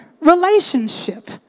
relationship